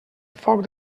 foc